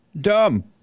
Dumb